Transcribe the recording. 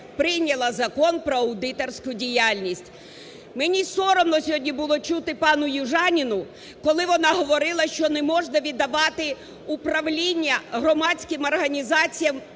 прийняла Закон про аудиторську діяльність. Мені соромно сьогодні було чути пані Южаніну, коли вона говорила, що не можна віддавати управління громадським організаціям